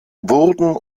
wurden